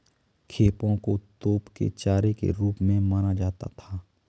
खेपों को तोप के चारे के रूप में माना जाता था